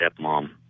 stepmom